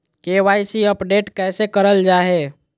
KYC update कैसे करल जाहै?